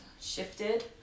shifted